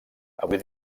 avui